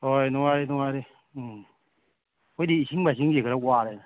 ꯍꯣꯏ ꯅꯨꯡꯉꯥꯏꯔꯤ ꯅꯨꯡꯉꯥꯏꯔꯤ ꯎꯝ ꯑꯩꯈꯣꯏꯗꯤ ꯏꯁꯤꯡ ꯃꯥꯏꯁꯤꯡꯁꯦ ꯈꯔ ꯋꯥꯔꯦꯗ